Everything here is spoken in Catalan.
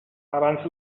abans